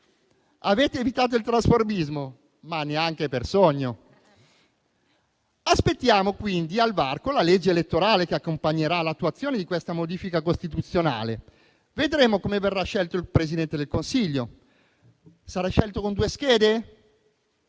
Avete evitato il trasformismo? Neanche per sogno. Aspettiamo quindi al varco la legge elettorale che accompagnerà l'attuazione di questa modifica costituzionale. Vedremo come verrà scelto il Presidente del Consiglio: sarà scelto con due schede,